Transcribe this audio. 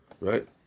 Right